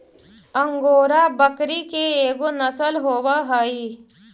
angora बकरी के एगो नसल होवऽ हई